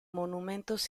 monumentos